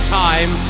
time